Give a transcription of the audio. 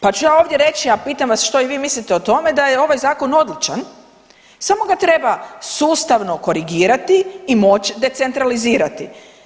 Pa ću ja ovdje reći, a pitam vas što i vi mislite o tome da je ovaj zakon odličan samo ga treba sustavno korigirati i moć decentralizirati.